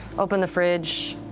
open the fridge,